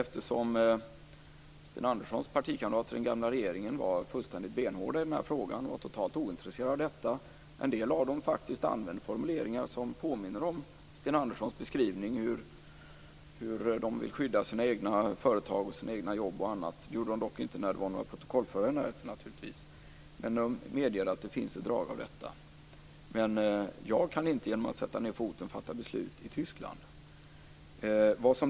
Sten Anderssons partikamrater i den gamla regeringen var fullständigt benhårda i den här frågan och totalt ointresserade av detta. En del av dem använde faktiskt formuleringar som påminner om Sten Anderssons beskrivning om hur de ville skydda sina egna företag, sina egna jobb och annat. De gjorde det naturligtvis inte när det var några protokollförare i närheten, men de medger att det finns ett drag av detta. Jag kan inte genom att sätta ned foten fatta beslut i Tyskland.